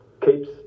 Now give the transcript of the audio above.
keeps